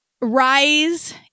rise